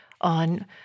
on